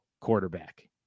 quarterback